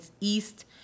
East